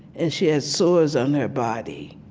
and she had sores on her body.